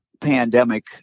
pandemic